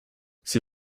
sie